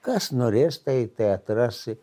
kas norės tai tai atrasi